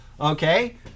Okay